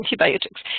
antibiotics